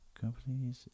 Companies